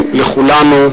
מחמאות?